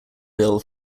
bill